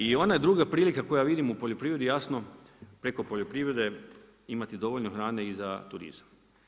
I ona druga prilika koju ja vidim u poljoprivredi, jasno, preko poljoprivrede, imati dovoljno hrane i za turizam.